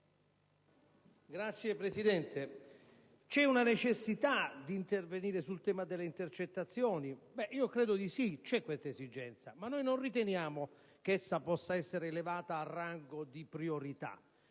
*(PD)*. C'è una necessità di intervenire sul tema delle intercettazioni? Credo di sì. C'è questa esigenza, ma non riteniamo che questa possa essere elevata al rango di priorità.